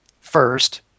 first